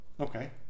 okay